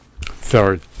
Third